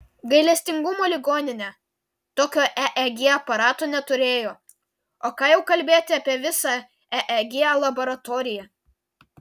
gailestingumo ligoninė tokio eeg aparato neturėjo o ką jau kalbėti apie visą eeg laboratoriją